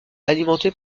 alimenté